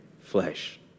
flesh